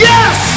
Yes